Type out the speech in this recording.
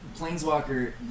Planeswalker